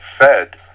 fed